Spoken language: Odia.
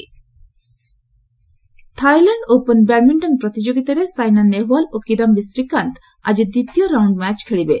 Thailand open Thailand open badminton ପ୍ରତିଯୋଗିତାରେ ସାଇନା ନେହୱାଲ୍ ଓ କିଦାମ୍ବୀ ଶ୍ରୀକାନ୍ତ ଆଜି ଦ୍ୱିତୀୟ ରାଉଣ୍ଡ୍ ମ୍ୟାଚ୍ ଖେଳିବେ